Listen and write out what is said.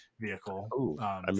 vehicle